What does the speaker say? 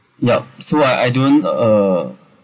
yup so I I don't uh